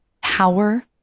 power